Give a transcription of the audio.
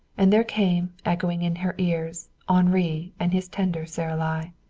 and there came, echoing in her ears, henri and his tender saralie.